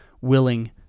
willing